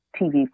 tv